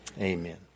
Amen